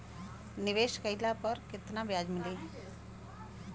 निवेश काइला पर कितना ब्याज मिली?